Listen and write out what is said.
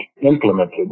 implemented